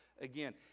again